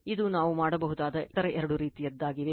ಇದು ನಾವು ಮಾಡಬಹುದಾದ ಇತರ ಎರಡು ರೀತಿಯದ್ದಾಗಿದೆ